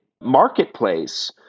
Marketplace